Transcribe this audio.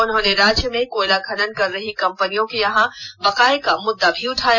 उन्होंने राज्य में कोयला खनन कर रही कम्पनियों के यहां बकाये का मुददा भी उठाया